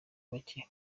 bake